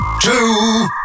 two